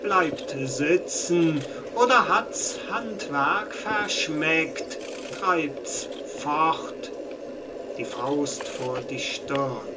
bleibt sitzen oder hat's handwerk verschmeckt treibt's fort die hand vor der stirn